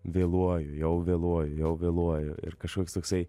vėluoju jau vėluoju jau vėluoju ir kažkoks toksai